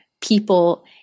people